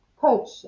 coach